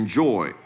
joy